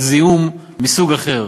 על זיהום מסוג אחר,